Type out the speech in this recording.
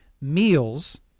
meals